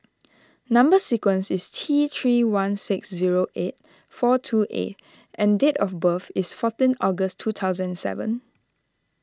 Number Sequence is T three one six zero eight four two A and date of birth is fourteen August two thousand seven